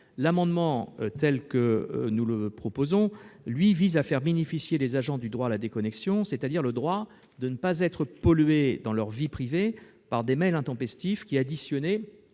L'amendement que nous proposons vise, quant à lui, à faire bénéficier les agents du droit à la déconnexion, c'est-à-dire du droit de ne pas être pollués dans leur vie privée par des mails intempestifs qui, dès lors